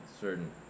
certain